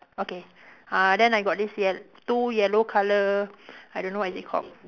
okay uh then I got this yel~ two yellow colour I don't know what is it called